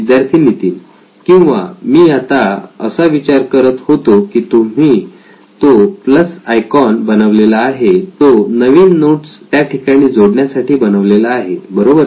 विद्यार्थी नितीन किंवा मी असा विचार करत होतो की तुम्ही तो प्लस आयकॉन बनवलेला आहे तो नवीन नोट्स त्याठिकाणी जोडण्यासाठी बनवलेला आहे बरोबर ना